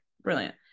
Brilliant